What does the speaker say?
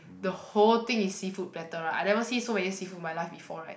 the whole thing is seafood platter right I never see so many seafood in my life before right